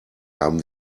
haben